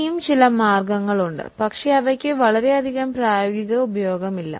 ഇനിയും ചില മാർഗ്ഗങ്ങളുണ്ട് പക്ഷേ അവയ്ക്ക് പ്രായോഗിക ഉപയോഗമില്ല